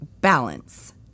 Balance